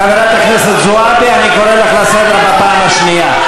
חברת הכנסת זועבי, אני קורא אותך לסדר פעם שנייה.